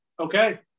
Okay